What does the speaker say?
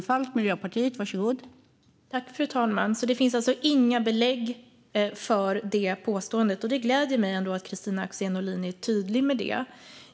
Fru talman! Det finns alltså inga belägg för det påståendet. Det gläder mig att Kristina Axén Olin är tydlig med det.